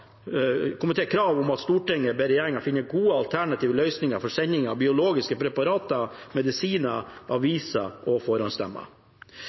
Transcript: om at Stortinget ber regjeringen finne gode alternative løsninger for sending av biologiske preparater, medisiner, aviser og forhåndsstemmer.